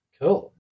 Cool